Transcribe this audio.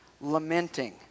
lamenting